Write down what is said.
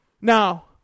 Now